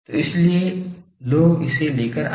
तो इसीलिए लोग इसे लेकर आए